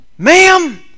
Ma'am